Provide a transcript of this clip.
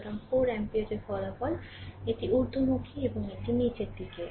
সুতরাং 4 অ্যাম্পিয়ারের ফলাফল এটি ঊর্ধ্বমুখী এবং এটি নীচের দিকে